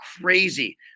crazy